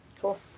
Cool